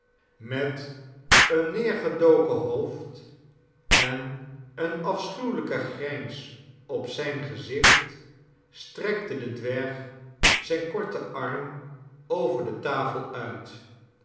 met een neergedoken hoofd en een afschuwelijken grijns op zijn gezicht strekte de dwerg zijn korten arm over de tafel uit